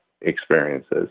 experiences